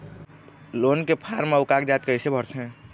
Loan के form अऊ कागजात कइसे भरथें?